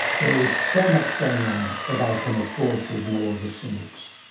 there is so much going on that i can afford to ignore the cynics.